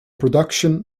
production